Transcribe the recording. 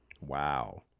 wow